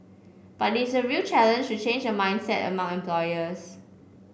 but it's a real challenge to change a mindset among employers